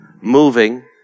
moving